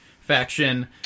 faction